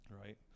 right